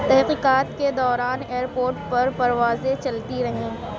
تحقیقات کے دوران ایئرپورٹ پر پروازیں چلتی رہیں